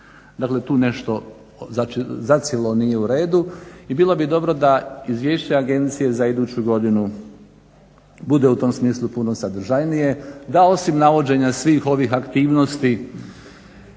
Dakle, tu nešto, zacijelo nije u redu i bilo bi dobro da Izvješće agencije za iduću godinu bude u tom smislu puno sadržajnije. Da osim navođenja svih ovih aktivnosti